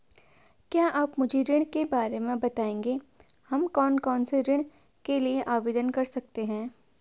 क्या आप मुझे ऋण के बारे में बताएँगे हम कौन कौनसे ऋण के लिए आवेदन कर सकते हैं?